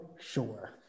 sure